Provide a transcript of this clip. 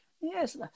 yes